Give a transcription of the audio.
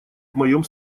моем